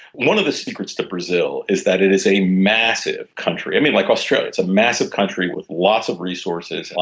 one of the secrets to brazil is that it is a massive country. i mean, like australia, it's a massive country with lots of resources,